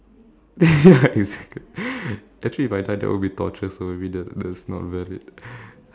ya exactly actually if I die that will be torture so maybe that that's not valid